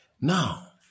Now